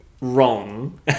wrong